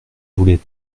voulais